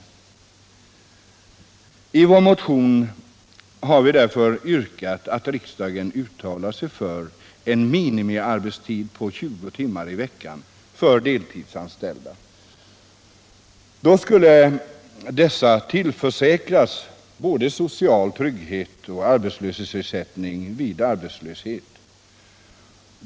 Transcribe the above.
I vår motion har vi därför yrkat att riksdagen uttalar sig för en minimiarbetstid om 20 timmar i veckan för deltidsanställda. Då skulle dessa tillförsäkras både social trygghet och arbetslöshetsersättning vid arbetslöshet.